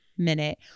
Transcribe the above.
minute